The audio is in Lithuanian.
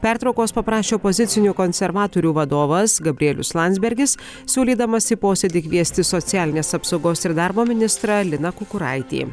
pertraukos paprašė opozicinių konservatorių vadovas gabrielius landsbergis siūlydamas į posėdį kviesti socialinės apsaugos ir darbo ministrą liną kukuraitį